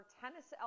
tennis